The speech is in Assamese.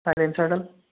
চাইলেঞ্চাৰডাল